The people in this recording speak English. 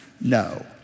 No